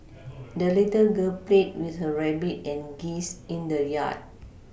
the little girl played with her rabbit and geese in the yard